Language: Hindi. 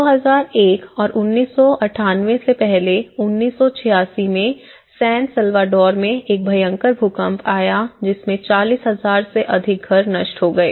2001 और 1998 से पहले 1986 में सैन सल्वाडोर में एक भयंकर भूकंप आया जिसमें 40 हजार से अधिक घर नष्ट हो गए